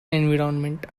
environment